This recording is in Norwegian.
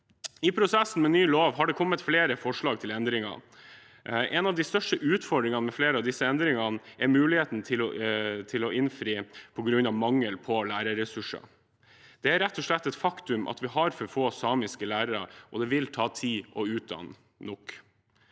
I prosessen med ny lov har det kommet flere forslag til endringer. En av de største utfordringene med flere av disse endringene er muligheten til å innfri – på grunn av mangel på lærerressurser. Det er rett og slett et faktum at vi har for få samiske lærere, og det vil ta tid å utdanne